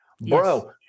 Bro